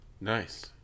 Nice